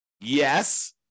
Yes